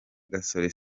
gasore